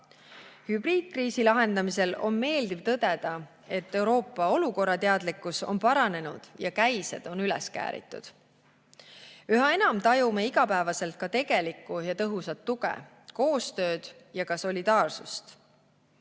Hübriidkriisi lahendamisel on meeldiv tõdeda, et Euroopa olukorrateadlikkus on paranenud ja käised üles kääritud. Üha enam tajume igapäevaselt ka tegelikku ja tõhusat tuge, koostööd ja ka solidaarsust.